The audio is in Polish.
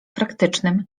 praktycznym